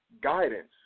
guidance